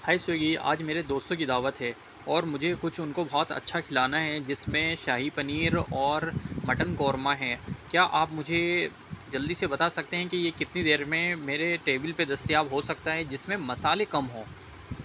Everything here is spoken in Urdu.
ہائی سویگی آج میرے دوستوں کی دعوت ہے اور مجھے کچھ ان کو بہت اچھا کھلانا ہے جس میں شاہی پنیر اور مٹن قورمہ ہے کیا آپ مجھے جلدی سے بتا سکتے ہیں کہ یہ کتنی دیر میں میرے ٹیبل پہ دستیاب ہوسکتا ہے جس میں مسالے کم ہوں